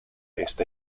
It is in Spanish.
este